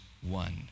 one